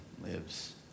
lives